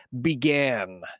began